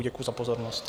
Děkuji za pozornost.